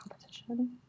competition